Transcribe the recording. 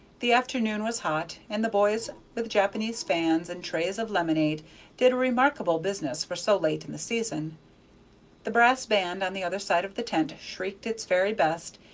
the afternoon was hot, and the boys with japanese fans and trays of lemonade did a remarkable business for so late in the season the brass band on the other side of the tent shrieked its very best,